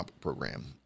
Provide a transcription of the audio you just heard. program